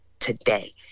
Today